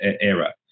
era